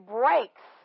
breaks